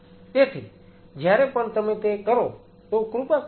તેથી જ્યારે પણ તમે તે કરો તો કૃપા કરીને